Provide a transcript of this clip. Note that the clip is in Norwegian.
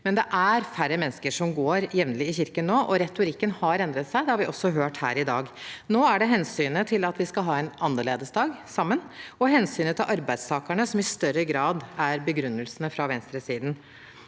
men det er færre mennesker som går jevnlig i kirken nå, og retorikken har endret seg. Det har vi også hørt her i dag. Nå er det hen synet til at vi skal ha en annerledes dag – sammen – og hensynet til arbeidstakerne som i større grad er begrunnelsene fra venstresiden.